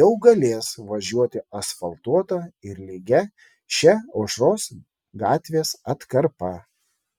jau galės važiuoti asfaltuota ir lygia šia aušros gatvės atkarpa